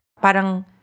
parang